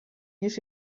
niż